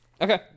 okay